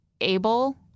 able